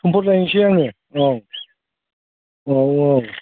समफोर लायनोसै आङो औ औ